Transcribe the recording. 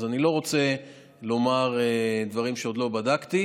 אז אני לא רוצה לומר דברים שעוד לא בדקתי.